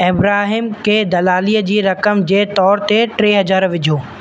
अब्राहिम खे दलालीअ जी रक़म जे तौरु ते टे हज़ार विझो